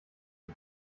die